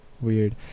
weird